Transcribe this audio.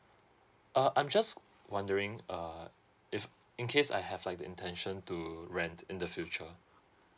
uh I'm just wondering uh if in case I have like the intention to rent in the future